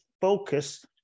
focus